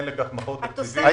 אין לכך מקור תקציבי